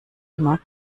immer